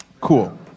Cool